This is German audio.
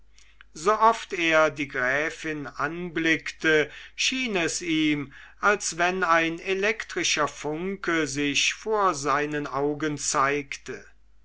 sooft er die gräfin anblickte schien es ihm als wenn ein elektrischer funke sich vor seinen augen zeigte